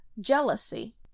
jealousy